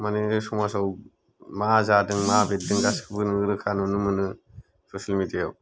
मानि समाजाव मा जादों मा बेरदों गासिखौबो नोङो रोखा नुनो मोनो ससेल मिडिया आव